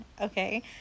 okay